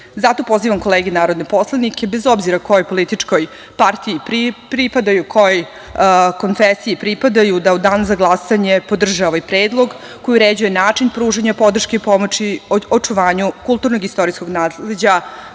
Zato pozivam kolege narodne poslanike, bez obzidra kojoj političkoj partiji pripadaju, kojoj konfesiji pripadaju da u danu za glasanje podrže ovaj predlog koji uređuje način pružanja podrške i pomoći očuvanju kulturno-istorijskog nasleđa